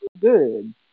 good